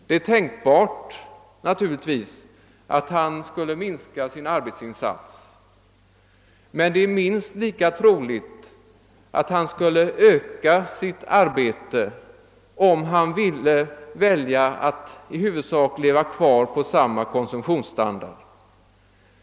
Det är naturligtvis tänkbart att han skulle minska sin arbetsinsats. Men det är minst lika troligt att han skulle öka sitt arbete, om han ville välja att i huvudsak leva kvar på samma konsumtionsstandard.